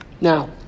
Now